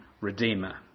redeemer